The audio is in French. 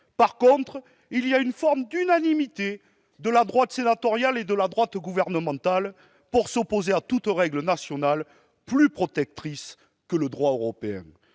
Par contre, il y a une forme d'unanimité de la droite sénatoriale et de la droite gouvernementale pour s'opposer à toute règle nationale plus protectrice que le droit européen.